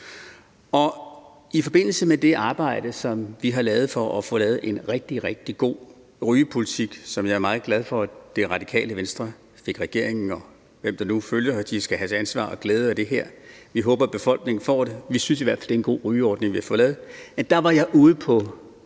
I forbindelse med det arbejde, som vi har lavet for at få lavet en rigtig, rigtig god rygepolitik – som jeg er meget glad for at Det Radikale Venstre fik med regeringen og hvem der nu føler, at de har et ansvar og glæde af det her, og vi håber, at befolkningen får det; vi synes i hvert fald, det er en god rygeordring, vi har fået lavet. Jeg var ude på